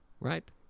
Right